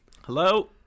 Hello